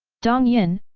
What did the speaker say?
dong yin,